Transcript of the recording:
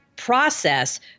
process